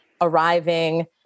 arriving